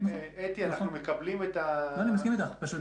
אני מסכים אתך.